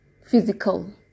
physical